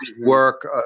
work